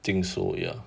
think so ya